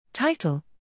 Title